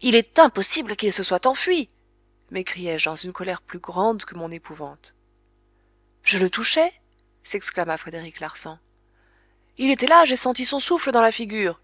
il est impossible qu'il se soit enfui m'écriai-je dans une colère plus grande que mon épouvante je le touchais s'exclama frédéric larsan il était là j'ai senti son souffle dans la figure